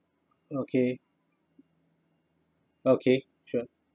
okay okay sure